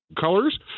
colors